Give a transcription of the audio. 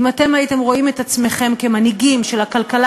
אם הייתם רואים את עצמכם כמנהיגים של הכלכלה